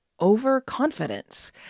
overconfidence